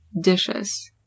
dishes